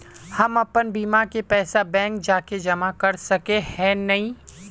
हम अपन बीमा के पैसा बैंक जाके जमा कर सके है नय?